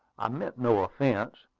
i meant no offence,